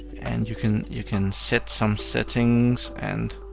and you can you can set some settings and